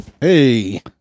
hey